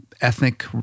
ethnic